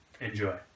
Enjoy